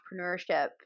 entrepreneurship